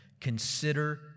consider